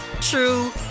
true